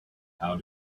how